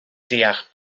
deall